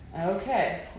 Okay